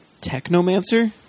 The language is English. Technomancer